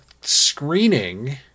screening